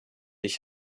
ich